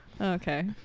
Okay